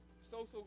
social